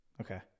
Okay